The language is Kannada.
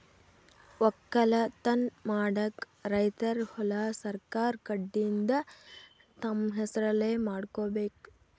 ವಕ್ಕಲತನ್ ಮಾಡಕ್ಕ್ ರೈತರ್ ಹೊಲಾ ಸರಕಾರ್ ಕಡೀನ್ದ್ ತಮ್ಮ್ ಹೆಸರಲೇ ಮಾಡ್ಕೋಬೇಕ್